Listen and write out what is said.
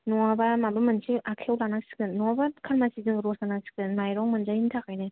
नङाबा माबा मोनसे आखाइयाव लानांसिगोन नङाबा खालमासि जों रसा नांसिगोन माइरं मोनजायिनि थाखायनो